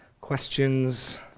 questions